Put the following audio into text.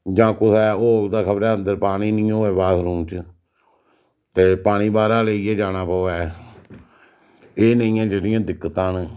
जां कुतै होग तां खबरै अंदर पानी नी होऐ बाथरूम च ते पानी बाह्रा पानी लेइयै जाना पवै एह् नेहियां जेह्ड़ियां दिक्कतां न